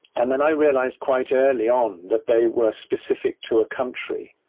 and then i realized quite early on that they were specific to a country,